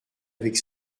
avec